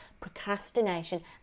procrastination